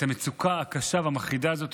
את המצוקה הקשה והמחרידה הזאת